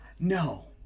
no